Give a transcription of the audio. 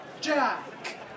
Jack